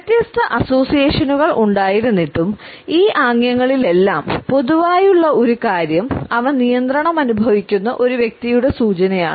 വ്യത്യസ്ത അസോസിയേഷനുകൾ ഉണ്ടായിരുന്നിട്ടും ഈ ആംഗ്യങ്ങളിലെല്ലാം പൊതുവായുള്ള ഒരു കാര്യം അവ നിയന്ത്രണം അനുഭവിക്കുന്ന ഒരു വ്യക്തിയുടെ സൂചനയാണ്